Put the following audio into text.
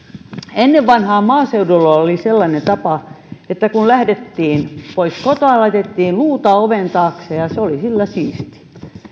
ennen vanhaan maaseudulla oli sellainen tapa että kun lähdettiin pois kotoa laitettiin luuta oven taakse ja se oli sillä siisti